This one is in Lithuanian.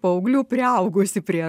paauglių priaugusi prie